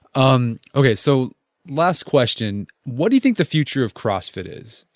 um okay, so last question. what do you think the future of crossfit is?